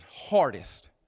Hardest